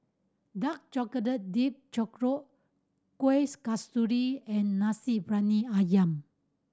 dark chocolate dipped churro kuih kasturi and Nasi Briyani Ayam